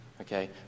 Okay